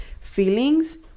feelings